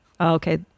Okay